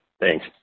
Thanks